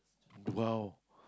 !wow!